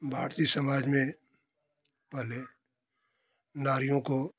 भारतीय समाज में पहले नारियों को